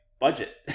budget